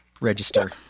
register